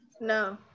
No